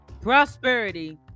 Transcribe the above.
prosperity